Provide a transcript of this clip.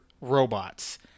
robots